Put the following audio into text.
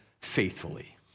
faithfully